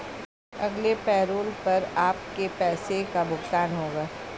अगले पैरोल पर आपके पैसे का भुगतान होगा